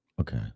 Okay